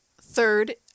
Third